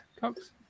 Cox